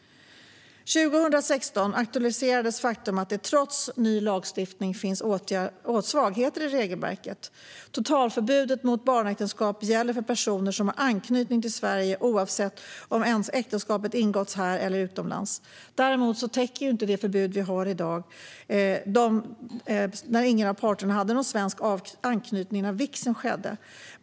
År 2016 aktualiserades det faktum att det trots ny lagstiftning finns svagheter i regelverket. Totalförbudet mot barnäktenskap gäller för personer som har anknytning till Sverige, oavsett om äktenskapet har ingåtts här eller utomlands. Däremot täcker inte det förbud som vi har i dag de fall där ingen av parterna hade någon svensk anknytning när vigseln skedde.